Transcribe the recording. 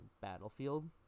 Battlefield